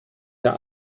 der